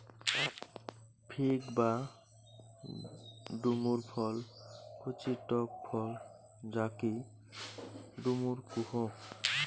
fig বা ডুমুর ফল কচি টক ফল যাকি ডুমুর কুহু